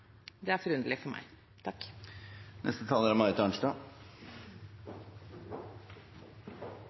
Det er forunderlig for meg.